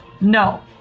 No